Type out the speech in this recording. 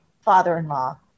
father-in-law